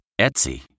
Etsy